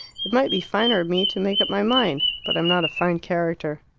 it might be finer of me to make up my mind. but i'm not a fine character.